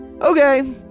Okay